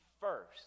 first